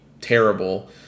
terrible